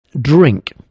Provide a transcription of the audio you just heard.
Drink